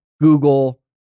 Google